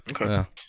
Okay